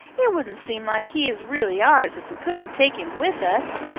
it wouldn't seem like he is really ours if we couldn't take him with us.